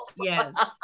yes